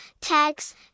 tags